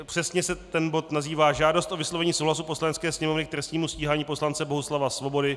Přesně se ten bod nazývá Žádost o vyslovení souhlasu Poslanecké sněmovny k trestnímu stíhání poslance Bohuslava Svobody.